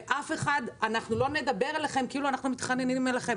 ואנחנו לא נדבר אליכם כאילו אנחנו מתחננים אליכם.